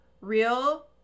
Real